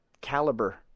caliber